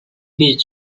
built